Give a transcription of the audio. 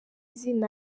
izina